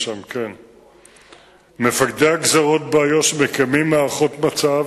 2. כמה מקרים כאלו אירעו בשנים 2007,